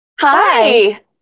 Hi